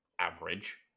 average